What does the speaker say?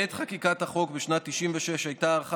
בעת חקיקת החוק בשנת 1996 הייתה הערכה